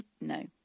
no